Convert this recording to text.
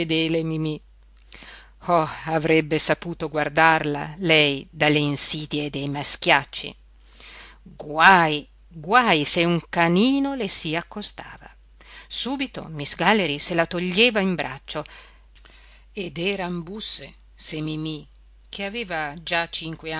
avrebbe saputo guadarla lei dalle insidie dei maschiacci guaj guaj se un canino le si accostava subito miss galley se la toglieva in braccio ed eran busse se mimì che aveva già cinque